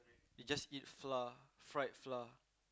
they just eat flour fried flour